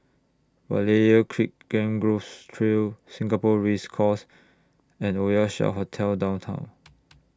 Berlayer Creek Mangrove Trail Singapore Race Course and Oasia Hotel Downtown